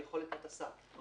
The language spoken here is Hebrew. על יכולת הטסה,